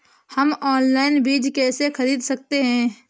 हम ऑनलाइन बीज कैसे खरीद सकते हैं?